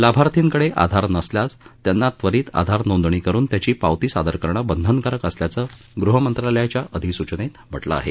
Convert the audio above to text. लाभार्थीकडे आधार नसल्यास त्यांना त्वरीत आधार नोंदणी करुन त्याची पावती सादर करणं बंधनकारक असल्याचं गृहमंत्रालयाच्या अधिसूचनेत म्हटलं आहे